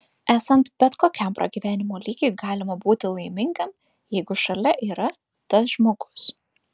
esant bet kokiam pragyvenimo lygiui galima būti laimingam jeigu šalia yra tas žmogus